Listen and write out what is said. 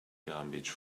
garbage